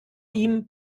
ihm